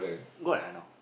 what I know